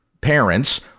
parents